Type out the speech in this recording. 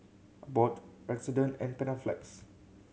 Abbott Redoxon and Panaflex